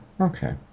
Okay